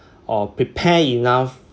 or prepare enough